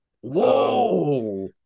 Whoa